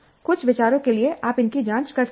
कुछ विचारों के लिए आप इनकी जांच कर सकते हैं